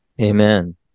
Amen